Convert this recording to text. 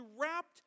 wrapped